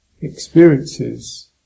experiences